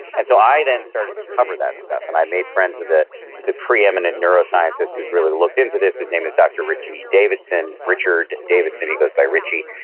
and so i then started to cover that stuff, and i made friends with the the preeminent neuro scientist who has really looked into this, his name is doctor richie davidson, richard davidson, he goes by richie,